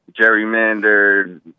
gerrymandered